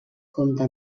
compta